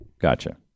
gotcha